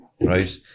right